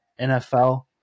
NFL